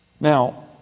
Now